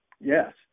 Yes